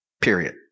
period